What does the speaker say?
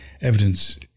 evidence